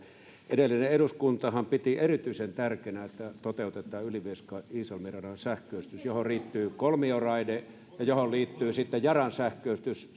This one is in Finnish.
edellinen eduskuntahan piti erityisen tärkeänä että toteutetaan ylivieska iisalmi radan sähköistys johon liittyy kolmioraide ja johon liittyy sitten yaran sähköistys